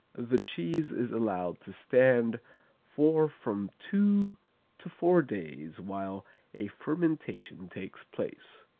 the cheese is allowed to stand for from two to four days while a fermentation takes place.